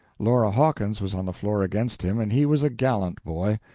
laura hawkins was on the floor against him, and he was a gallant boy.